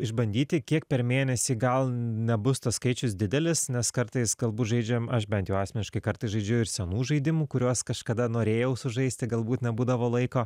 išbandyti kiek per mėnesį gal nebus tas skaičius didelis nes kartais galbūt žaidžiam aš bent jau asmeniškai kartais žaidžiu ir senų žaidimų kuriuos kažkada norėjau sužaisti galbūt nebūdavo laiko